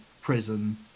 prison